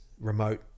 remote